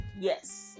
Yes